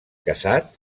casat